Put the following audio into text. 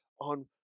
on